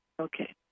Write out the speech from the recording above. Okay